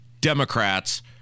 Democrats